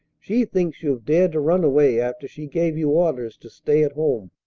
she thinks you've dared to run away after she gave you orders to stay at home.